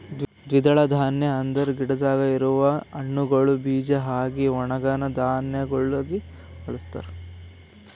ದ್ವಿದಳ ಧಾನ್ಯ ಅಂದುರ್ ಗಿಡದಾಗ್ ಇರವು ಹಣ್ಣುಗೊಳ್ ಬೀಜ ಆಗಿ ಒಣುಗನಾ ಧಾನ್ಯಗೊಳಾಗಿ ಬಳಸ್ತಾರ್